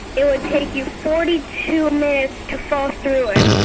it would take you forty two minutes to fall through it.